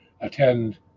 attend